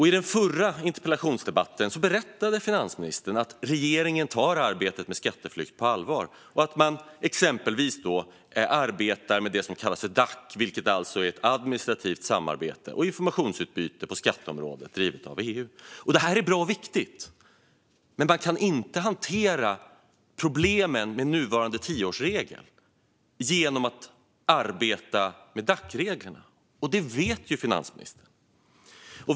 I den förra interpellationsdebatten berättade finansministern att regeringen tar arbetet med skatteflykt på allvar och att man exempelvis arbetar med det som kallas Dac, vilket är ett administrativt samarbete och informationsutbyte på skatteområdet drivet av EU. Det här är viktigt och bra. Men man kan inte hantera problemen med den nuvarande tioårsregeln genom att arbeta med Dac-reglerna, och det vet finansministern.